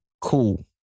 Cool